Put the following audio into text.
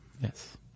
Yes